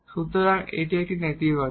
সুতরাং এটি একটি নেতিবাচক